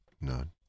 None